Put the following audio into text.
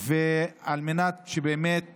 על מנת באמת